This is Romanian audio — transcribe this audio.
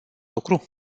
lucru